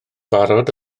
barod